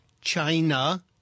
China